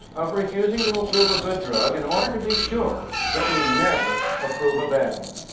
of refusing to approve a good drug in order to be sure that we never approve a bad one.